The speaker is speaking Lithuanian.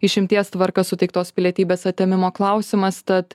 išimties tvarka suteiktos pilietybės atėmimo klausimas tad